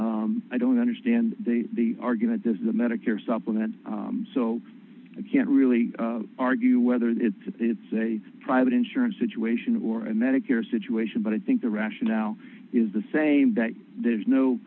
i don't understand the argument is the medicare supplement so i can't really argue whether it's it's a private insurance which ration or and medicare situation but i think the rationale is the same that there's no